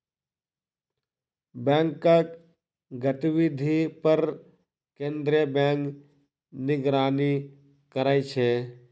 बैंकक गतिविधि पर केंद्रीय बैंक निगरानी करै छै